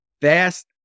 Fast